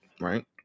right